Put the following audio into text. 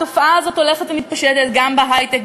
התופעה הזאת הולכת ומתפשטת גם בהיי-טק,